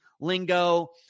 lingo